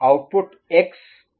output X AND Q n prime Qn'